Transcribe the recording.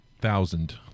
thousand